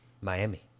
Miami